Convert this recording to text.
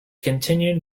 continued